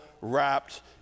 wrapped